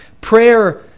Prayer